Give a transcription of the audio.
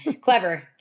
Clever